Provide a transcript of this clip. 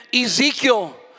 Ezekiel